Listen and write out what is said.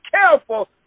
careful